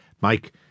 Mike